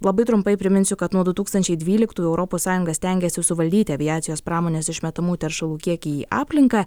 labai trumpai priminsiu kad nuo du tūkstančiai dvyliktųjų europos sąjunga stengiasi suvaldyti aviacijos pramonės išmetamų teršalų kiekį į aplinką